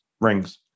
rings